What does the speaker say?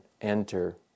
enter